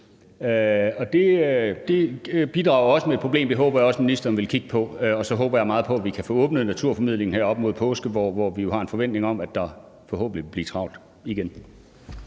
det bidrager også med et problem; det håber jeg også at ministeren vil kigge på. Og så håber jeg meget på, at vi kan få åbnet naturformidlingen her op mod påske, hvor vi jo har en forventning om, at der forhåbentlig vil blive travlt igen.